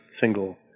single